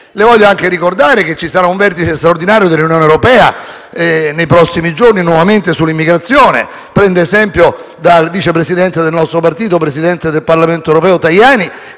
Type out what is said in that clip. Le voglio anche ricordare che ci sarà un vertice straordinario dell'Unione europea nei prossimi giorni nuovamente sull'immigrazione. Prenda esempio dal vice presidente del nostro partito, presidente del Parlamento europeo Tajani,